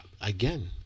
Again